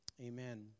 Amen